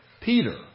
Peter